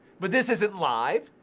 but this isn't live,